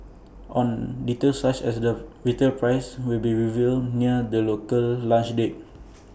on details such as the retail price will be revealed near the local launch date